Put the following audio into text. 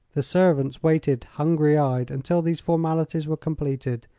the servants waited hungry-eyed until these formalities were completed,